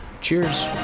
Cheers